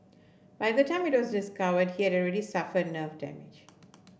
by the time it was discovered he had already suffered nerve damage